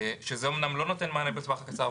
שזה אומנם לא נותן מענה בטווח הקצר,